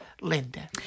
Linda